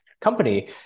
company